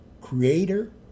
creator